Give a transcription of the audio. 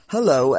Hello